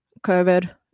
COVID